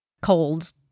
colds